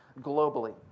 globally